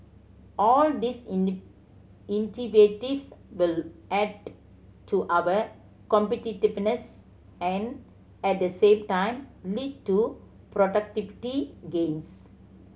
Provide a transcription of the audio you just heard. all these will add to our competitiveness and at the same time lead to productivity gains